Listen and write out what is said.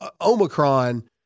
Omicron